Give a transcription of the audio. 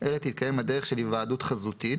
אלא תתקיים בדרך של היוועדות חזותית